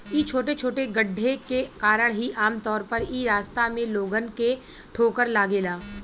इ छोटे छोटे गड्ढे के कारण ही आमतौर पर इ रास्ता में लोगन के ठोकर लागेला